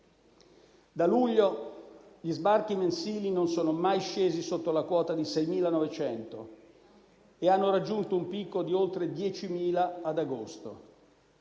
Da luglio gli sbarchi mensili non sono mai scesi sotto la quota di 6.900 e hanno raggiunto un picco di oltre 10.000 ad agosto.